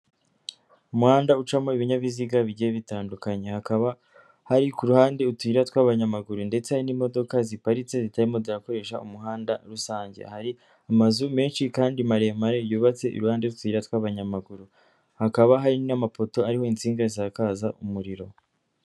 Umuhanda ucamo ibinyabiziga bigiye bitandukanye, hakaba hari kuhande utura tw'abanyamaguru, ndetse n'imodoka ziparitse zitarimo ziraresha umuhanda rusange, hari amazu menshi, kandi maremare yubatse iruhande y'utuyira tw'abanyamaguru, hakaba hari n'amapoto ariho insinga zisakaza umuriro.